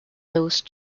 those